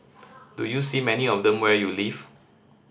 do you see many of them where you live